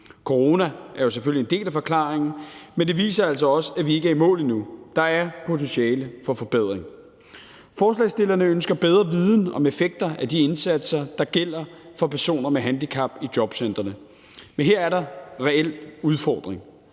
Corona er jo selvfølgelig en del af forklaringen, men det viser altså også, at vi ikke er i mål endnu – der er potentiale for forbedringer. Forslagsstillerne ønsker bedre viden om effekter af de indsatser, der gælder for personer med handicap i jobcentrene, men her er der reelt udfordringer.